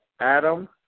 Adam